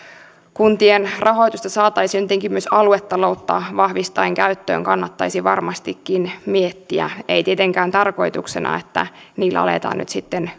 kuntien rahoitusta saataisiin jotenkin myös aluetaloutta vahvistaen käyttöön kannattaisi varmastikin miettiä ei tietenkään tarkoituksena että niillä aletaan nyt sitten